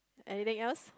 anything else